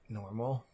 normal